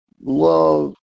love